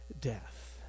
death